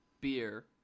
beer